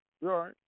right